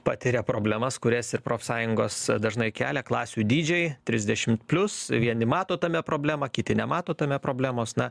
patiria problemas kurias ir profsąjungos dažnai kelia klasių dydžiaitrisdešim plius vieni mato tame problemą kiti nemato tame problemos na